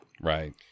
Right